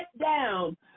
down